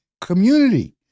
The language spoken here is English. community